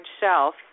shelf